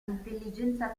intelligenza